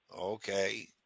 Okay